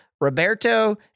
Roberto